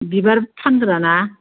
बिबार फानग्राना